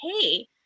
hey